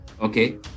okay